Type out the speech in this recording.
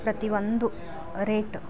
ಪ್ರತಿಯೊಂದು ರೇಟ್